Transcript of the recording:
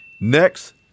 Next